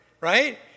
right